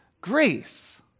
grace